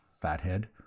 fathead